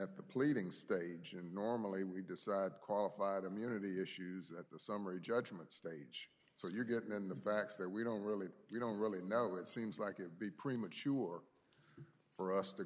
at the pleading stage and normally we decide qualified immunity issues at the summary judgment stage so you're getting in the facts that we don't really you don't really know it seems like it would be premature for us to